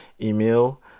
email